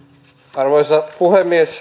arvoisa puhemies